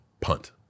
Punt